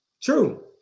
true